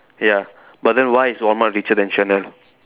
ya but then why is Walmart richer then Chanel